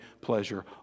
pleasure